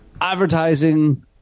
advertising